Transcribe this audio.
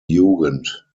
jugend